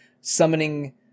summoning